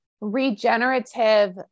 regenerative